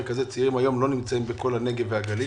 מרכזי צעירים לא נמצאים בכל הנגב והגליל,